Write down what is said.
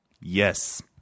yes